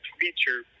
Feature